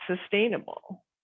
sustainable